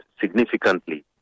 significantly